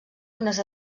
unes